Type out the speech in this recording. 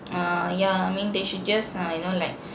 uh yeah I mean they should just uh you know like